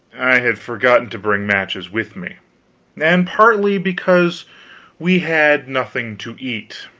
had forgotten to bring matches with me and partly because we had nothing to eat.